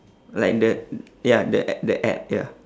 like the ya the a~ the ad ya